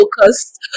focused